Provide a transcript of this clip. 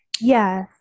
Yes